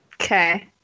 Okay